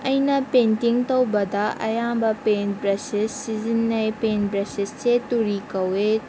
ꯑꯩꯅ ꯄꯦꯟꯇꯤꯡ ꯇꯧꯕꯗ ꯑꯌꯥꯝꯕ ꯄꯦꯟꯠ ꯕ꯭ꯔꯁꯦꯁ ꯁꯤꯖꯤꯟꯅꯩ ꯄꯦꯟꯠ ꯕ꯭ꯔꯁꯦꯁꯁꯦ ꯇꯨꯔꯤ ꯀꯧꯋꯦ